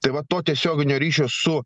tai vat to tiesioginio ryšio su